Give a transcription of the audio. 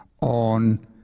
on